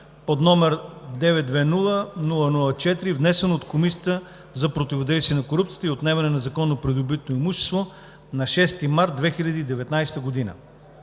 г., № 920-00-4, внесен от Комисията за противодействие на корупцията и за отнемане на незаконно придобитото имущество на 6 март 2019 г.: